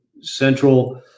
central